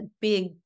big